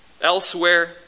Elsewhere